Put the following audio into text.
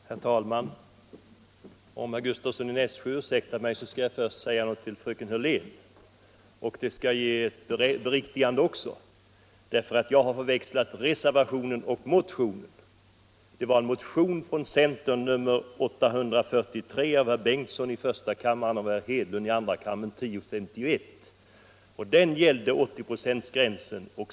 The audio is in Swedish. Herr talman! Om herr Gustavsson i Nässjö ursäktar skall jag först säga några ord till fröken Hörlén. Jag skall också göra ett beriktigande därför att jag har förväxlat reservationen och motionen. Det var två likalydande motioner från centern, nr 843 av herr Bengtson i första kammaren och nr 1051 av herr Hedlund i andra kammaren som gällde 80 procentsgränsen.